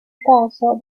caso